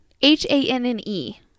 h-a-n-n-e